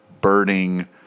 birding